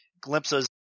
glimpses